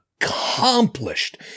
accomplished